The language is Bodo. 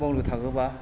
बुंनो थाङोबा